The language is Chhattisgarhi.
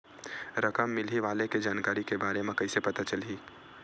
रकम मिलही वाले के जानकारी के बारे मा कइसे पता चलही?